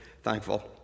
thankful